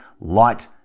light